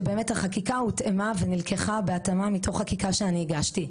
שבאמת החקיקה הותאמה ונלקחה בהתאמה מתוך חקיקה שאני הגשתי,